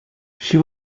she